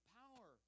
power